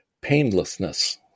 painlessness